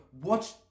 watch